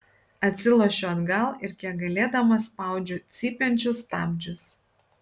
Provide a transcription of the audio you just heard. atsilošiu atgal ir kiek galėdama spaudžiu cypiančius stabdžius